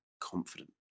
confident